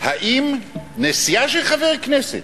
האם נסיעה של חבר כנסת,